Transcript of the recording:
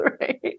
right